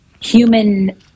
human